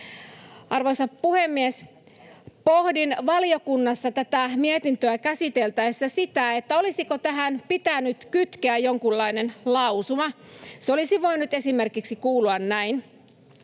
Arvoisa puhemies! Pohdin valiokunnassa tätä mietintöä käsiteltäessä sitä, olisiko tähän pitänyt kytkeä jonkunlainen lausuma. Se olisi voinut kuulua esimerkiksi näin: